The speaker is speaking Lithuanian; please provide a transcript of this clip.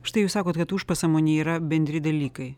štai jūs sakote kad užpasąmonė yra bendri dalykai